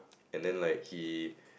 and then like he